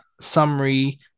summary